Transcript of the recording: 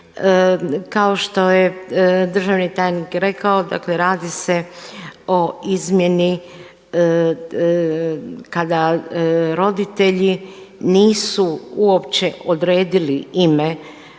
Kao što je državni tajnik rekao, dakle radi se o izmjeni kada roditelji nisu uopće odredili ime